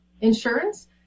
insurance